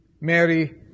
Mary